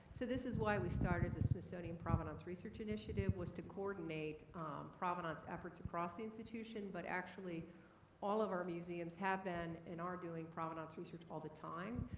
so this is why we started the smithsonian provenance research initiative was to coordinate provenance efforts across the institution, but actually all of our museums have been, and are doing, provenance research all the time.